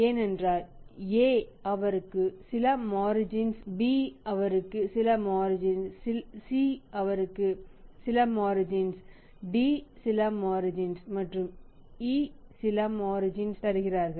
ஏனென்றால் A அவருக்கு சில மார்ஜின் B அவருக்கு சில மார்ஜின் C சில மார்ஜின் D சில மார்ஜின் மற்றும் E சில மார்ஜின் தருகிறார்கள்